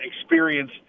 experience